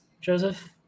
Joseph